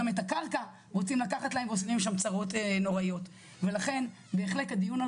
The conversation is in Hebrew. גם את הקרקע רוצים לקחת להם ועושים שם צרות נוראיות ולכן בהחלט הדיון על